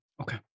Okay